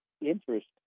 interest